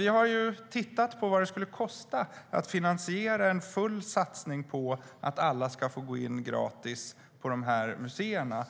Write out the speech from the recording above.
Vi har tittat på vad det skulle kosta att finansiera en full satsning så att alla får gå in gratis på museerna.